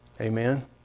Amen